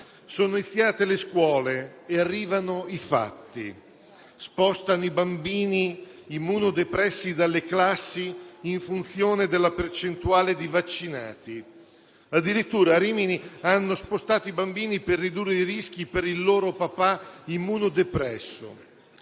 sono iniziate le scuole e arrivano i fatti. Spostano i bambini immunodepressi dalle classi in funzione della percentuale di vaccinati. Addirittura a Rimini hanno spostato alcuni bambini per ridurre i rischi per il loro papà immunodepresso.